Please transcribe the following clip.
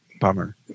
bummer